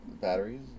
Batteries